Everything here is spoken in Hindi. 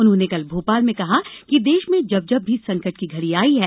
उन्होंने कल भोपाल में कहा कि देश में जब जब भी संकट की घड़ी आई है